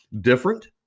different